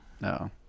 No